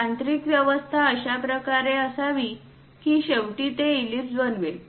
यांत्रिक व्यवस्था अशा प्रकारे असावी की शेवटी ते ईलिप्स बनवेल